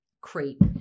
creep